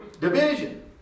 Division